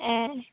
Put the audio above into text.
ए